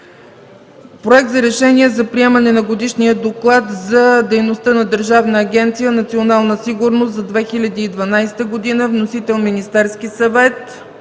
Проект за решение за приемане на Годишния доклад за дейността на Държавна агенция „Национални сигурност” за 2012 г., вносител е Министерският съвет,